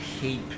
heap